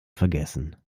vergessen